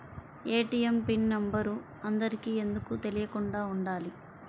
ATM pin number అందరికి ఎందుకు తెలియకుండా ఉండాలి?